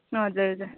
हजुर हजुर